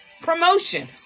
promotion